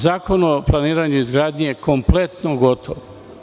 Zakon o planiranju i izgradnji je kompletno gotov.